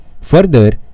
Further